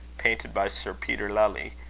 painted by sir peter lely,